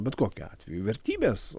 bet kokiu atveju vertybės